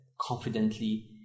confidently